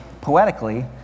poetically